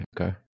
Okay